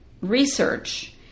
research